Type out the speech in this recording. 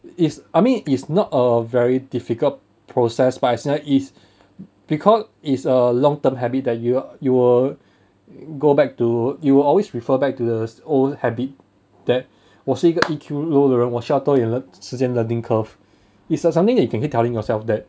is I mean it's not a very difficult process but I say it's because it's a long term habit that you you will go back to you will always refer back to the old habit that 我是一个 E_Q low 的人我需要多一点时间 learning curve is a something that you can keep telling yourself that